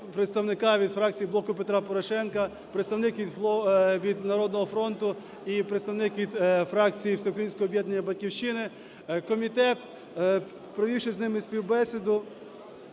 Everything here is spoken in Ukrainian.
представника від фракції "Блоку Петра Порошенка", представник від "Народного фронту" і представник від фракції "Всеукраїнського об'єднання "Батьківщина". Комітет, провівши з ними співбесіду,